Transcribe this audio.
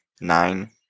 nine